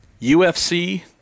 UFC